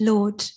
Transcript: Lord